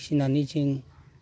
फिनानै जों